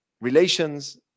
relations